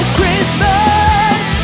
Christmas